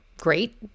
great